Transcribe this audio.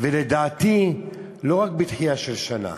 ולדעתי לא רק בדחייה של שנה.